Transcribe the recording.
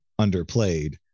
underplayed